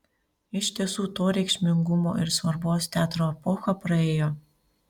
iš tiesų to reikšmingumo ir svarbos teatro epocha praėjo